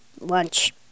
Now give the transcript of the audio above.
lunch